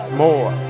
more